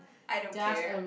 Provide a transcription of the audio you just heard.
I don't care